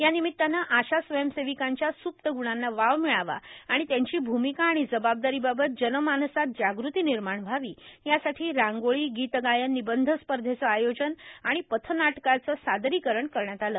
या निमित्तानं आशा स्वयंसेविकांच्या सप्तग्णांना वाव मिळावा आणि त्यांची भूमिका आणि जबाबदारीबाबत जनमानसात जागृती निर्माण व्हावी यासाठी रांगोळी गितगायन निबंध स्पर्धेचं आयोजन आणि पथनाटकाच सादरीकरण करण्यात आलं